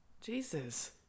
jesus